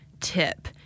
tip